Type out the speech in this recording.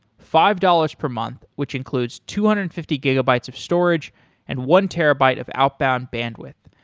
five dollars per month, which includes two hundred and fifty gigabytes of storage and one terabyte of outbound bandwidth.